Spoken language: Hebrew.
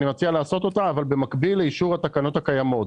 אני מציע לעשות אותה אבל במקביל לאישור התקנות הקיימות.